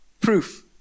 proof